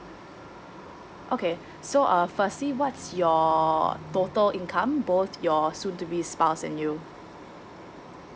okay so uh firstly what's your total income both your soon to be spouse and you